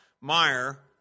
Meyer